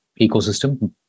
ecosystem